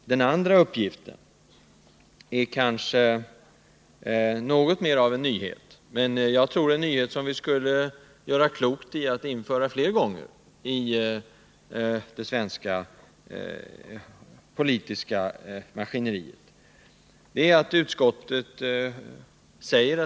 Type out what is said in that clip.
Den andra uppgiften är kanske något mer av en nyhet, men jag tror att det är en nyhet som vi skulle göra klokt i att införa fler gånger i det svenska politiska maskineriet.